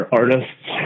artists